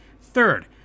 Third